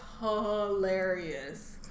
hilarious